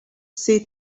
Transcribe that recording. see